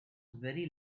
very